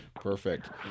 Perfect